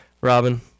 Robin